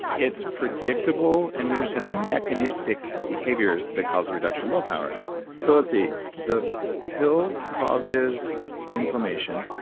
it's predictable, and we understand the mechanistic behaviors that cause a reduction in willpower so let's see. the pill causes inflammation.